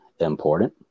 important